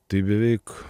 tai beveik